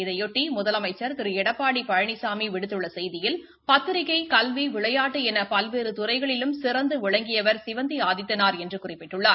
இதனையொட்டி முதலமைச்சர் திரு எடப்பாடி பழனிசாமி விடுத்தள்ள செய்தியில் பத்திரிகை கல்வி விளையாட்டு என பல்வேறு துறைகளிலும் சிறந்து விளங்கியவர் சிவந்தி ஆதித்தனார் என்று குறிப்பிட்டுள்ளார்